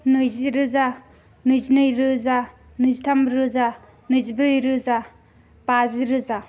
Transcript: नैजिरोजा नैजिनैरोजा नैजिथामरोजा नैजिब्रैरोजा बाजिरोजा